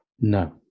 no